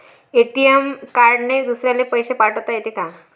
ATM कार्डने दुसऱ्याले पैसे पाठोता येते का?